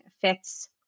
fits